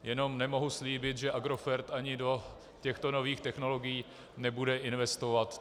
Jen nemohu slíbit, že Agrofert ani do těchto nových technologií nebude investovat.